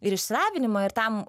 ir išsilavinimą ir tam